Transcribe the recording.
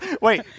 wait